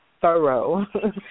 Thorough